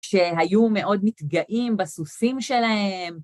שהיו מאוד מתגאים בסוסים שלהם.